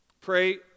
Pray